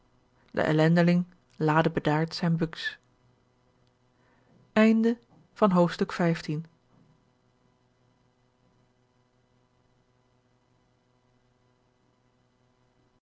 he ellendeling laadde bedaard zijne buks